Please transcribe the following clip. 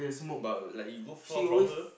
but like you go far from her